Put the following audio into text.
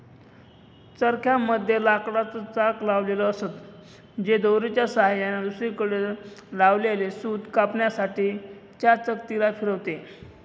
चरख्या मध्ये लाकडाच चाक लावलेल असत, जे दोरीच्या सहाय्याने दुसरीकडे लावलेल सूत कातण्यासाठी च्या चकती ला फिरवते